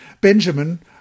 Benjamin